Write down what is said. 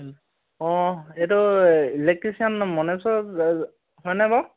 হেল্ অঁ এইটো ইলেক্ট্ৰিচিয়ান মনেশ্ৱৰ হয়নে বাৰু